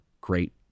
great